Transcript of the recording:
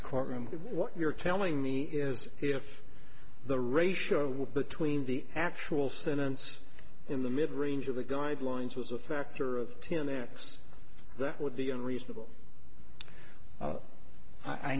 this courtroom what you're telling me is if the ratio between the actual sentence in the mid range of the guidelines was a factor of ten x that would be a reasonable